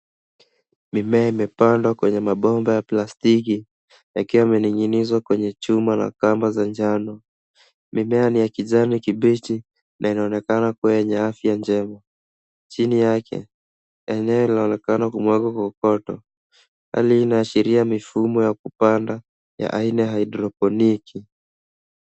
Mimea imepandwa kwenye mabomba ya plastiki yakiwa yamening'inizwa kwenye chuma na kamba za njano. Mimea ni ya kijani kibichi na inaonekana kuwa yenye afya njema. Chini yake eneo linaonekana kumwagwa kokoto. Hali hii inaashiria mifumo ya kupanda ya aina ya haidroponiki.